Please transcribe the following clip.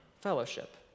fellowship